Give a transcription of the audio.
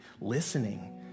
listening